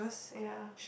ya